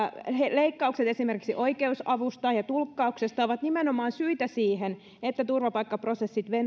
leikkaukset esimerkiksi oikeusavusta ja tulkkauksesta ovat nimenomaan syitä siihen että turvapaikkaprosessit